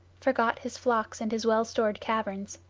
forgot his flocks and his well-stored caverns.